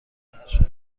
ارشد